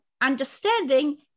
understanding